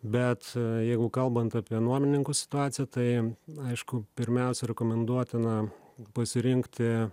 bet jeigu kalbant apie nuomininkų situaciją tai aišku pirmiausia rekomenduotina pasirinkti